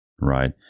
Right